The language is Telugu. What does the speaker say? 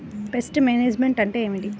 పెస్ట్ మేనేజ్మెంట్ అంటే ఏమిటి?